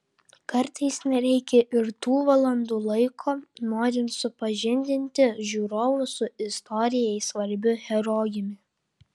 kartais nereikia ir tų valandų laiko norint supažindinti žiūrovus su istorijai svarbiu herojumi